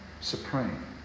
supreme